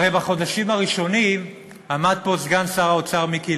הרי בחודשים הראשונים עמד פה סגן שר האוצר מיקי